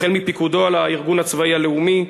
החל מפיקודו על הארגון הצבאי הלאומי,